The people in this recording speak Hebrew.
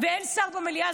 אין שר במליאה.